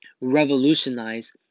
revolutionize